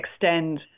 extend